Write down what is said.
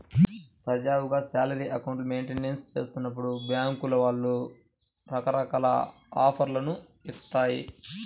సజావుగా salary account maintain చేస్తున్నప్పుడు బ్యేంకుల వాళ్ళు రకరకాల ఆఫర్లను ఇత్తాయి